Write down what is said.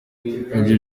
ibye